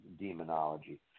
demonology